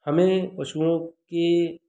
हमें पशुओं के